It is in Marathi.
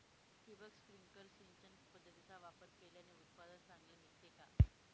ठिबक, स्प्रिंकल सिंचन पद्धतीचा वापर केल्याने उत्पादन चांगले निघते का?